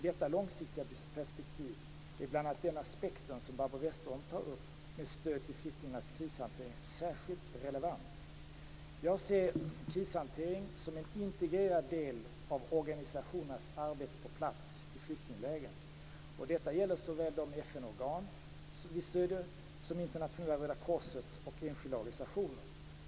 I detta långsiktiga perspektiv är bl.a. den aspekt som Barbro Westerholm tar upp med stöd till flyktingars krishantering särskilt relevant. Jag ser krishantering som en integrerad del av organisationernas arbete på plats i flyktinglägren. Detta gäller såväl de FN-organ vi stödjer som Internationella Röda korset och enskilda organisationer.